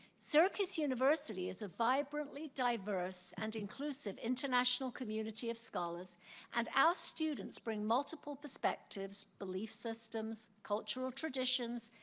syracuse university is a vibrantly diverse and inclusive international community of scholars and our students bring multiple perspectives, belief systems, cultural traditions,